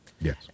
Yes